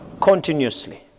continuously